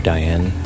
Diane